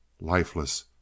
lifeless